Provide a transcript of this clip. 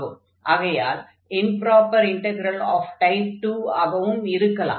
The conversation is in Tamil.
ஆகையால் இம்ப்ராப்பர் இன்டக்ரல் ஆஃப் டைப் 2 ஆகவும் இருக்கலாம்